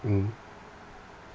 mmhmm